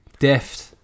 Deft